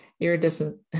iridescent